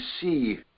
see